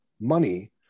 money